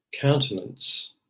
countenance